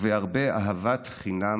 ובהרבה אהבת חינם